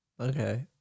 Okay